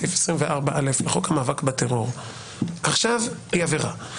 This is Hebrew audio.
לפי סעיף 24א' לחוק המאבק בטרור היא עבירה.